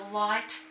light